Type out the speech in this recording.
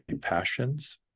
passions